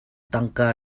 tangka